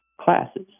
classes